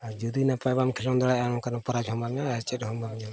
ᱟᱨ ᱡᱩᱫᱤ ᱱᱟᱯᱟᱭ ᱵᱟᱢ ᱠᱷᱮᱞᱳᱰ ᱫᱟᱲᱮᱭᱟᱜᱼᱟ ᱮᱱᱠᱷᱟᱱ ᱯᱨᱟᱭᱤᱡᱽ ᱦᱚᱸ ᱵᱟᱢ ᱧᱟᱢᱟ ᱪᱮᱫ ᱦᱚᱸ ᱵᱟᱢ ᱧᱟᱢᱟ